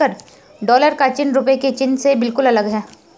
dollar का चिन्ह रूपए के चिन्ह से बिल्कुल अलग है